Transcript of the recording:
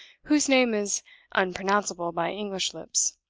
whose name is unpronounceable by english lips.